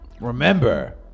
remember